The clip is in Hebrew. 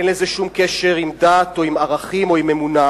אין לזה שום קשר לדת או לערכים או לאמונה.